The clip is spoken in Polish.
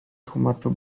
tłumaczył